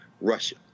Russia